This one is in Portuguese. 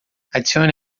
adicione